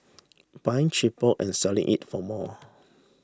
buying cheaper and selling it for more